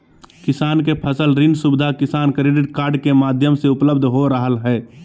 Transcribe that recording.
किसान के फसल ऋण सुविधा किसान क्रेडिट कार्ड के माध्यम से उपलब्ध हो रहल हई